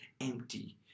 empty